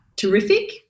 Terrific